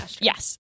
yes